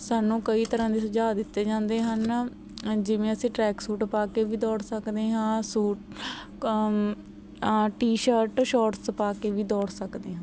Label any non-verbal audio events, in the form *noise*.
ਸਾਨੂੰ ਕਈ ਤਰ੍ਹਾਂ ਦੇ ਸੁਝਾਅ ਦਿੱਤੇ ਜਾਂਦੇ ਹਨ ਜਿਵੇਂ ਅਸੀਂ ਟਰੈਕ ਸੂਟ ਪਾ ਕੇ ਵੀ ਦੌੜ ਸਕਦੇ ਹਾਂ ਸੂਟ *unintelligible* ਟੀ ਸ਼ਰਟ ਸ਼ੋਰਟਸ ਪਾ ਕੇ ਵੀ ਦੌੜ ਸਕਦੇ ਹਾਂ